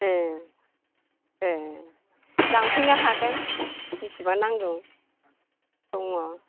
ए ए लांफैनो हागोन बिसिबां नांगौ दङ